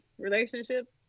relationship